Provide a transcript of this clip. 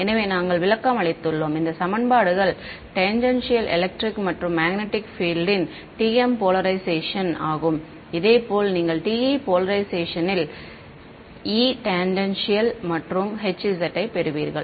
எனவே நாங்கள் விளக்கம் அளித்துள்ளோம் இந்த சமன்பாடுகள் டேஜென்ஷியல் எலக்ட்ரிக் மற்றும் மேக்னெட்டிக் பீல்ட் ன் TM போலரைஷேன் ஆகும் இதேபோல் நீங்கள் TE போலரைஷேன் ல் E டேஜென்ஷியல் மற்றும் H z ஐ பெறுவீர்கள்